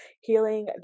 healing